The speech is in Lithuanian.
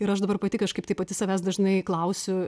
ir aš dabar pati kažkaip tai pati savęs dažnai klausiu